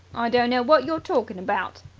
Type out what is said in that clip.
don't know wot you're talking about.